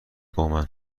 بامن